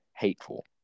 hateful